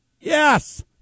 Yes